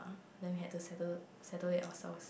uh then we had to settle settle it ourselves